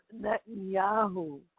Netanyahu